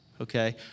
Okay